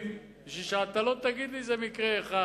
בשביל שאתה לא תגיד לי: זה מקרה אחד.